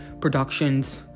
Productions